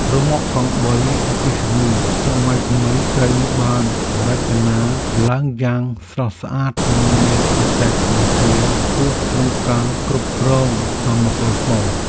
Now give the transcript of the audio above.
រ៉ឺម៉កកង់បីអគ្គិសនីសម័យថ្មីត្រូវបានរចនាឡើងយ៉ាងស្រស់ស្អាតនិងមានបច្ចេកវិទ្យាខ្ពស់ក្នុងការគ្រប់គ្រងថាមពលថ្ម។